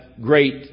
great